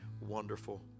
wonderful